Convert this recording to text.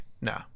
no